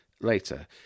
later